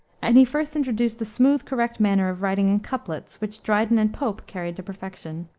and he first introduced the smooth correct manner of writing in couplets, which dryden and pope carried to perfection.